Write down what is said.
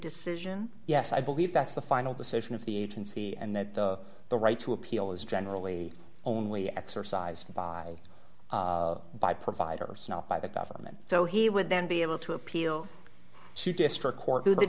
decision yes i believe that's the final decision of the agency and that the right to appeal is generally only exercised by by providers not by the government so he would then be able to appeal to district court or the